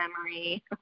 memory